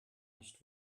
nicht